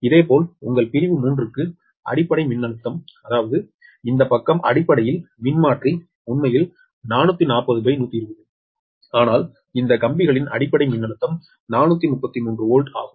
இதேபோல் உங்கள் பிரிவு 3 க்கு அடிப்படை மின்னழுத்தம் அதாவது இந்த பக்கம் அடிப்படையில் மின்மாற்றி உண்மையில் 440120 ஆனால் இந்த கம்பிகளின் அடிப்படை மின்னழுத்தம் 433 வோல்ட் ஆகும்